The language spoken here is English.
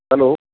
hello